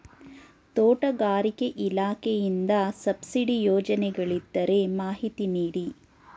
ತೋಟಗಾರಿಕೆ ಇಲಾಖೆಯಿಂದ ಸಬ್ಸಿಡಿ ಯೋಜನೆಗಳಿದ್ದರೆ ಮಾಹಿತಿ ನೀಡಿ?